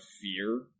fear